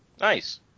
Nice